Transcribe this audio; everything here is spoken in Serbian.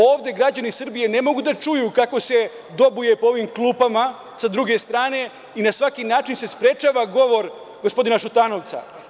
Ovde građani Srbije ne mogu da čuju kako se dobuje po ovim klupama sa druge i na svaki način se sprečava govor gospodina Šutanovca.